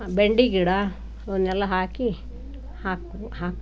ಬೆಂಡೆ ಗಿಡ ಅವನ್ನೆಲ್ಲ ಹಾಕಿ ಹಾಕು ಹಾಕ್ಬೇಕು